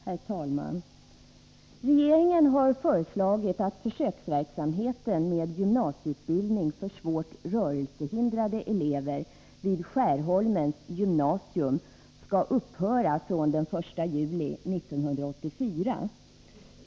Herr talman! Regeringen har föreslagit att försöksverksamheten med gymnasieutbildning för svårt rörelsehindrade elever vid Skärholmens gymnasium skall upphöra den 1 juli 1984.